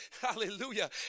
Hallelujah